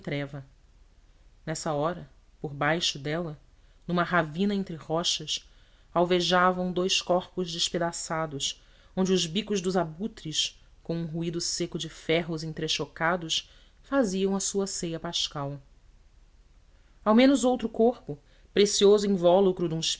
treva nessa hora por baixo dela numa ravina entre rochas alvejavam dous corpos despedaçados onde os bicos dos abutres com um ruído seco de ferros entrechocados faziam a sua ceia pascal ao menos outro corpo precioso invólucro de